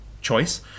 choice